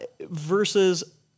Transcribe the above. Versus